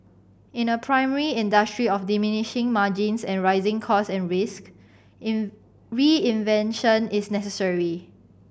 in a primary industry of diminishing margins and rising cost and risk in reinvention is necessary